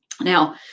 Now